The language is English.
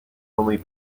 only